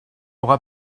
aura